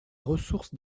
ressources